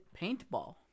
paintball